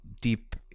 deep